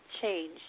change